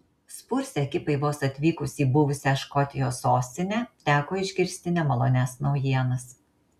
spurs ekipai vos atvykus į buvusią škotijos sostinę teko išgirsti nemalonias naujienas